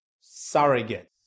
Surrogate